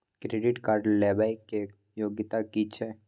Credit card लेबै के योग्यता कि छै?